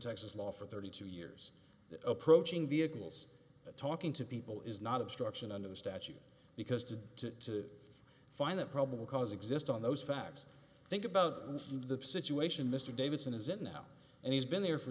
texas law for thirty two years approaching vehicles talking to people is not obstruction under the statute because to find that probable cause exists on those facts think about the situation mr davidson is it now and he's been there for